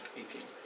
eighteen